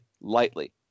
lightly